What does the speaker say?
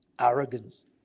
arrogance